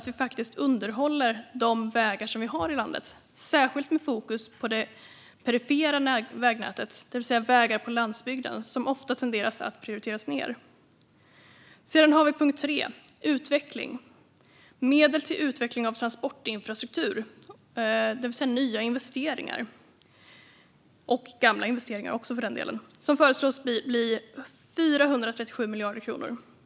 Vi måste underhålla de vägar som vi har i landet, särskilt med fokus på det perifera vägnätet, det vill säga vägar på landsbygden. Ofta tenderar man att prioritera ned dessa. Slutligen har vi det tredje området som är utveckling. Medel till utveckling av transportinfrastruktur, det vill säga nya och gamla investeringar, föreslås bli 437 miljarder kronor.